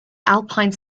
alpine